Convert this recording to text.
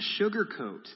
sugarcoat